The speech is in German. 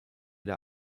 der